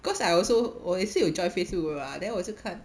cause I also 我也是有 join facebook group lah then 我就看